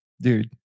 dude